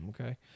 Okay